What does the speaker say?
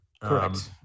Correct